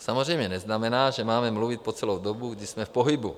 To samozřejmě neznamená, že máme mluvit po celou dobu, kdy jsme v pohybu.